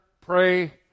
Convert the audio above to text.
pray